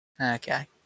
Okay